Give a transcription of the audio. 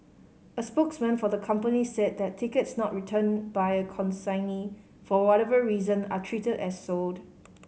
a spokesman for the company said that tickets not returned by a consignee for whatever reason are treated as sold